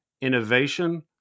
innovation